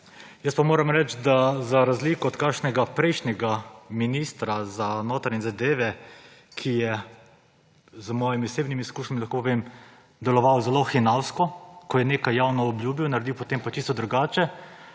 Jaz pa moram reči, da za razliko od kakšnega prejšnjega ministra za notranje zadeve, ki je po mojih osebnih izkušnjah, lahko povem, deloval zelo hinavsko, ko je nekaj javno obljubil, naredil potem pa čisto drugače,